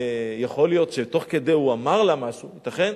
יכול להיות שתוך כדי הוא אמר לה משהו, ייתכן.